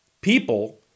people